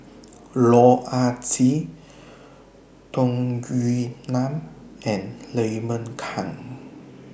Loh Ah Chee Tung Yue Nang and Raymond Kang